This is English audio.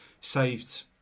saved